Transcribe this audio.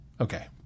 okay